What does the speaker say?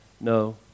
No